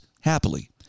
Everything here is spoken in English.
happily